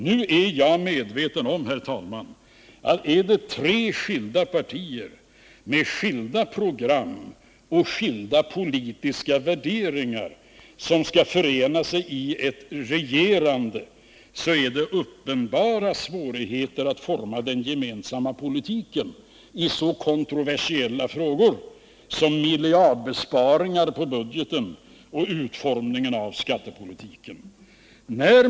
Jag är medveten om, herr talman, att det — när det är tre skilda partier med tre skilda program och med tre skilda politiska värderingar som skall förena sig i ett regerande — är uppenbara svårigheter att forma den gemensamma politiken i så kontroversiella frågor som miljardbesparingar på budgeten och utformningen av skattepolitiken.